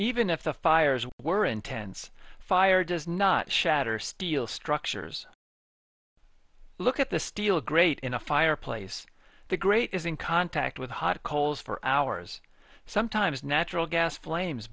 even if the fires were intense fire does not shatter steel structures look at the steel great in a fireplace the great is in contact with hot coals for hours sometimes natural gas flames